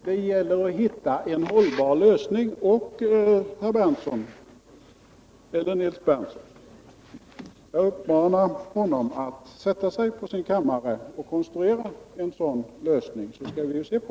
Det gäller att hitta en hållbar lösning, och jag uppmanar Nils Berndtson att sätta sig i sin kammare och konstruera en sådan lösning, som vi sedan kan se på.